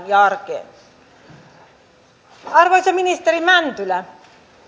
ja arjessa arvoisa ministeri mäntylä